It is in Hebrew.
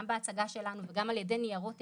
גם בהצגה שלנו וגם על ידי ניירות עמדה.